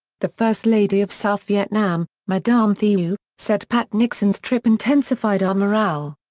the first lady of south vietnam, madame thieu, said pat nixon's trip intensified our morale.